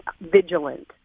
vigilant